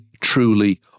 truly